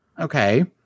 Okay